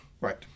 Right